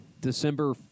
December